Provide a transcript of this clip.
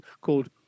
called